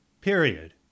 period